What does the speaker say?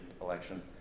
election